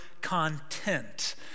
content